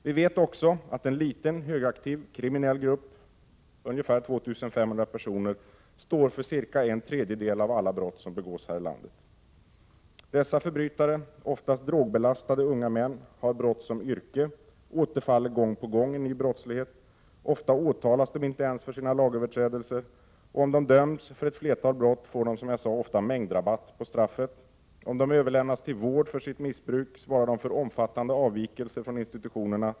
Vi vet också att en liten, högaktiv kriminell grupp — ungefär 2 500 personer — står för omkring en tredjedel av alla brott som begås här i landet. Dessa förbrytare, ofta drogbelastade unga män, har brott som yrke och återfaller gång på gång i ny brottslighet. Ofta åtalas de inte ens för sina lagöverträdelser. Om de döms för ett flertal brott, får de, som jag sade, ofta ”mängdrabatt” på straffet. Om de överlämnas till vård för sitt missbruk, svarar de för omfattande avvikelser från institutionerna.